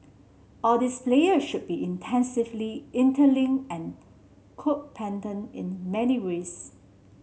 all these player should be intensively interlinked and codependent in many ways